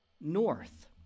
north